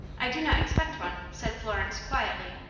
i do not expect one, said florence, quietly.